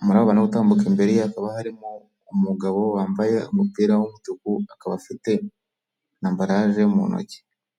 umuraba no gutambuka imbere hakaba harimo umugabo wambaye umupira w'umutuku akaba afite na ambaraje mu ntoki.